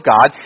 God